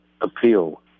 Appeal